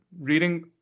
reading –